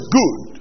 good